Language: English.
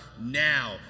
now